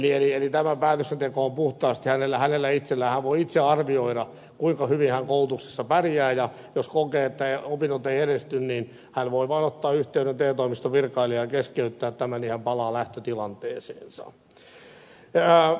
eli tämä päätöksenteko on puhtaasti hänellä itsellään hän voi itse arvioida kuinka hyvin hän koulutuksessa pärjää ja jos kokee että opinnot eivät edisty niin hän voi vaan ottaa yhteyden te toimiston virkailijaan ja keskeyttää tämän ja palata lähtötilanteeseensa